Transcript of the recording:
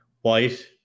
White